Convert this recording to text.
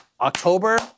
October